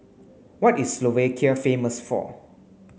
what is Slovakia famous for